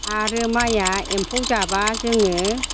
आरो माइआ एमफौ जाब्ला जोङो